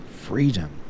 Freedom